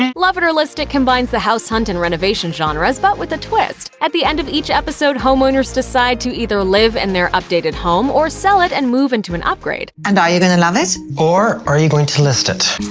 it it love it or list it combines the house hunt and renovation genres, but with a twist at the end of each episode, homeowners decide to either live in their updated home or sell it and move into an upgrade. and are you going to love it? or are you going to list it?